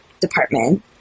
department